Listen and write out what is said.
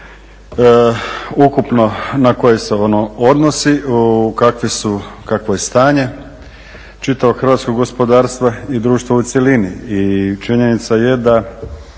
ukupno na koje se ono odnosi, kakvo je stanje čitavog hrvatskog gospodarstva i društva u cjelini. I činjenica je da